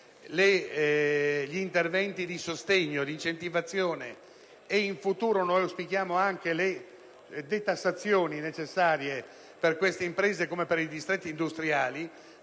gli interventi di sostegno e di incentivazione e, in futuro, auspichiamo, anche le detassazioni necessarie per queste imprese, come per i distretti industriali.